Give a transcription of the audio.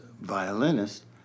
violinist